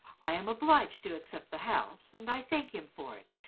i am obliged to accept the house, and i thank him for it,